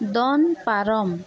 ᱫᱚᱱ ᱯᱟᱨᱚᱢ